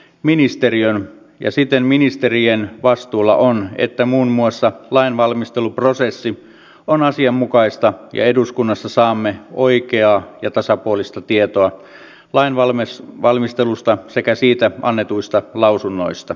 ministeriön ja siten ministerien vastuulla on että muun muassa lainvalmisteluprosessi on asianmukaista ja eduskunnassa saamme oikeaa ja tasapuolista tietoa lainvalmistelusta sekä siitä annetuista lausunnoista